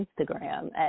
Instagram